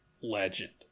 legend